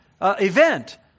event